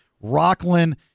Rockland